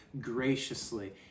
graciously